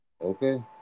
Okay